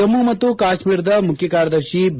ಜಮ್ಮು ಮತ್ತು ಕಾಶ್ಟೀರದ ಮುಖ್ಯ ಕಾರ್ಯದರ್ಶಿ ಬಿ